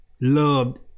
loved